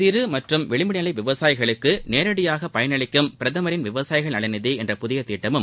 சிறு மற்றும் விளிம்பு நிலை விவசாயிகளுக்கு நேரடியாக பயனளிக்கும் பிரதமரின் விவசாயிகள் நல நிதி என்ற புதிய திட்டமும்